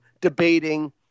debating